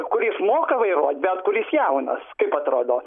kuris moka vairuot bet kuris jaunas kaip atrodo